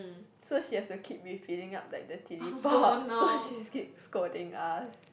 so she had to keep refilling up like the chilli pot so she keep scolding us